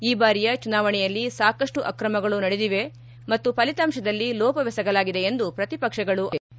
ಈ ಬಾರಿಯ ಚುನಾವಣೆಯಲ್ಲಿ ಸಾಕಷ್ಟು ಅಕ್ರಮಗಳು ನಡೆದಿವೆ ಮತ್ತು ಫಲಿತಾಂಶದಲ್ಲಿ ಲೋಪವೆಸಗಲಾಗಿದೆ ಎಂದು ಪ್ರತಿಪಕ್ಷಗಳು ಆರೋಪಿಸಿವೆ